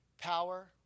power